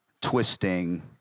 twisting